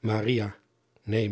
een